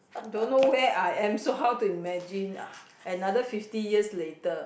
don't know where I am so how to imagine ah another fifty years later